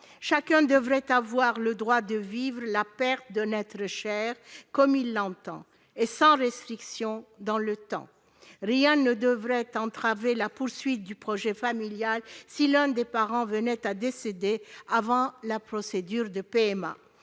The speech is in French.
Chacun devrait avoir le droit de vivre la perte d'un être cher comme il l'entend, sans restriction dans le temps. Rien ne devrait entraver la poursuite du projet familial si l'un des parents venait à décéder avant la procédure de PMA,